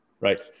Right